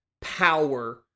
power